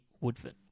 Woodford